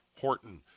Horton